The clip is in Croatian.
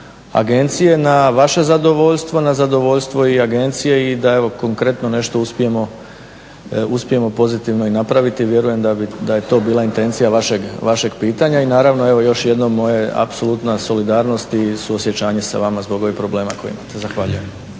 na vaše zadovoljstvo, na zadovoljstvo i agencije i da evo konkretno nešto uspijemo pozitivno i napraviti. Vjerujem da je to bila intencija vašeg pitanja. I naravno evo još jednom moja apsolutna solidarnost i suosjećanje sa vama zbog ovih problema koje imate. Zahvaljujem.